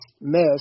miss